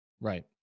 Right